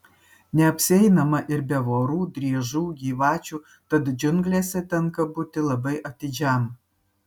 neapsieinama ir be vorų driežų gyvačių tad džiunglėse tenka būti labai atidžiam